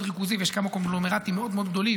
ריכוזי ויש כמה קונגלומרטורים מאוד מאוד גדולים,